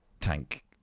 tank